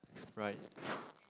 right